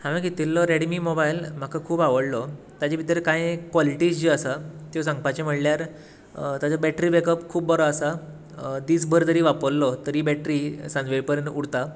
हांवे घेतिल्लो Redmi mobile म्हाका खूब आवडलो ताजे भितर कांय कॉलिटीज ज्यो आसा त्यो सांगपाच्यो म्हणल्यार ताजो बेट्री बॅकअप खूब बरो आसा दीस भर तरी वापरलो तरी बॅटरी सांजवेळ पर्यंत उरता